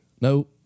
No